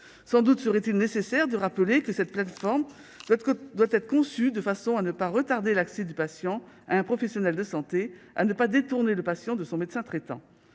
Sans doute serait-il nécessaire de rappeler que cette plateforme doit être conçue de façon et à ne pas retarder l'accès du patient à un professionnel de santé, à ne pas détourner le patient de son médecin traitant.